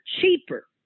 cheaper